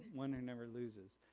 one who never loses.